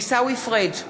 עיסאווי פריג'